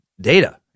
data